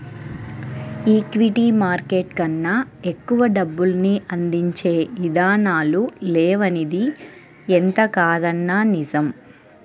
equity market కన్నా ఎక్కువ డబ్బుల్ని అందించే ఇదానాలు లేవనిది ఎంతకాదన్నా నిజం